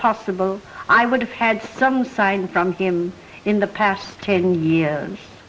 possible i would have had some sign from him in the past ten years